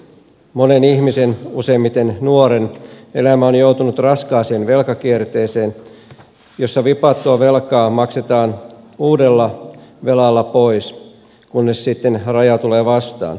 monen ihmisen useimmiten nuoren elämä on joutunut raskaaseen velkakierteeseen jossa vipattua velkaa maksetaan uudella velalla pois kunnes sitten raja tulee vastaan